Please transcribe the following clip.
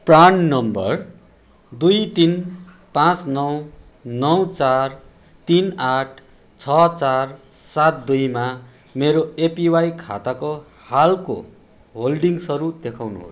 PRAN number दुई तिन पाँच नौ नौ चार तिन आठ छ चार सात दुईमा मेरो एपिवाई खाताको हालको होल्डिङसहरू देखाउनुहोस्